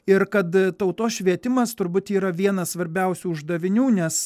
ir kad tautos švietimas turbūt yra vienas svarbiausių uždavinių nes